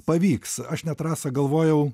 pavyks aš net rasa galvojau